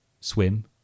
swim